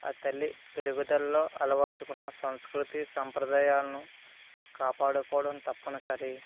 ఆ తల్లి పెరుగుదలలో అలవరచుకున్న సంస్కృతి సాంప్రదాయాలను కాపాడుకోవడం తప్పనిసరి